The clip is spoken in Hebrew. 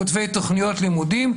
כותבי תוכניות לימודים?